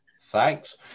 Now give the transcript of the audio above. Thanks